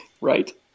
Right